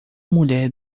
mulher